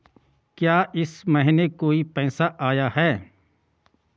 क्या इस महीने कोई पैसा आया है?